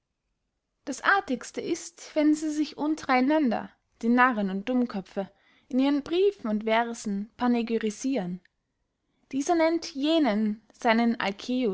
das artigste ist wenn sie sich unter einander die narren und dummköpfe in ihren briefen und versen panegyrisieren dieser nennt jenen seinen